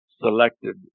selected